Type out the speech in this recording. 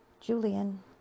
Julian